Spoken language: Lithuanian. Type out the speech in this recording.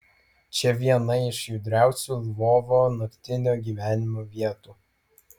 čia viena iš judriausių lvovo naktinio gyvenimo vietų